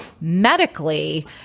medically